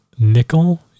nickel